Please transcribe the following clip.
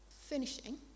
finishing